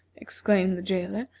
exclaimed the jailer,